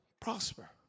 prosper